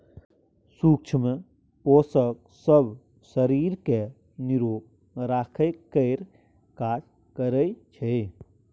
सुक्ष्म पोषक सब शरीर केँ निरोग राखय केर काज करइ छै